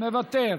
מוותר,